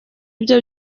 ibyo